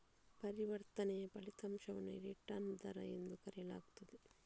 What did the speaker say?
ಪರಿವರ್ತನೆಯ ಫಲಿತಾಂಶವನ್ನು ರಿಟರ್ನ್ ದರ ಎಂದು ಕರೆಯಲಾಗುತ್ತದೆ